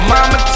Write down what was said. Mama